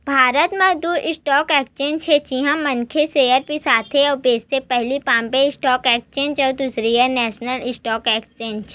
भारत म दू stock exchange हे जिहाँ मनखे सेयर बिसाथे अउ बेंचथे पहिली बॉम्बे स्टॉक एक्सचेंज अउ दूसरइया नेसनल स्टॉक एक्सचेंज